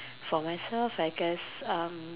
for myself I guess um